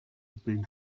been